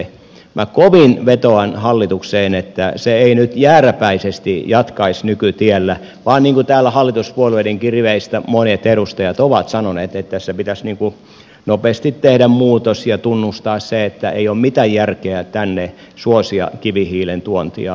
minä kovin vetoan hallitukseen että se ei nyt jääräpäisesti jatkaisi nykytiellä vaan niin kuin täällä hallituspuolueidenkin riveistä monet edustajat ovat sanoneet tässä pitäisi nopeasti tehdä muutos ja tunnustaa se että ei ole mitään järkeä suosia kivihiilen tuontia tänne